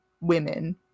women